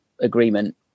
agreement